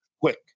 quick